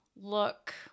look